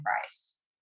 price